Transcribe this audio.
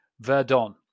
Verdon